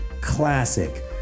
classic